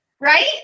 right